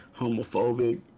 homophobic